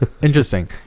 interesting